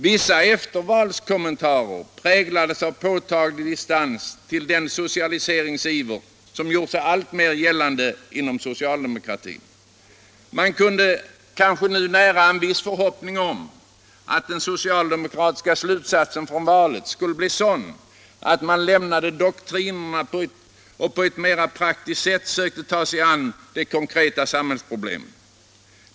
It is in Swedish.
Vissa eftervalskommentarer präglades av påtaglig distans till den socialiseringsiver som gjort sig alltmer gällande inom socialdemokratin. Man kunde kanske nu nära en viss förhoppning om att socialdemokraternas slutsats av valet skulle bli sådan att de lämnade doktrinerna och på ett mera praktiskt sätt sökte ta sig an de konkreta samhällsproblemen.